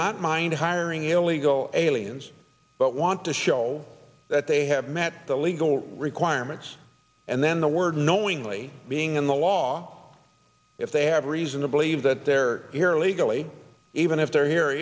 not mind hiring illegal aliens but want to show that they have met the legal requirements and then the word knowingly being in the law if they have reason to believe that they're here illegally even if they're here